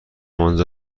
آنجا